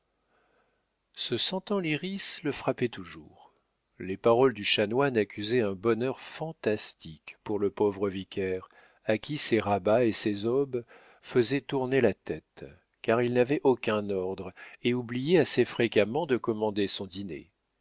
ce sentant l'iris le frappait toujours les paroles du chanoine accusaient un bonheur fantastique pour le pauvre vicaire à qui ses rabats et ses aubes faisaient tourner la tête car il n'avait aucun ordre et oubliait assez fréquemment de commander son dîner